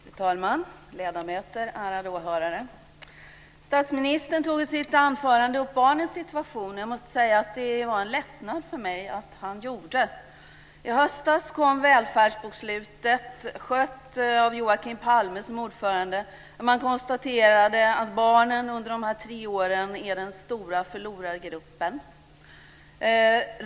Fru talman! Ledamöter! Ärade åhörare! Statsministern tog i sitt anförande upp barnens situation. Jag måste säga att det var en lättnad för mig att han gjorde det. I höstas kom Välfärdsbokslutet, skött av Joakim Palme som ordförande. Man konstaterade där att barnen är den stora förlorargruppen under de här tre åren.